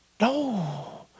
No